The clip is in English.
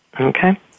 Okay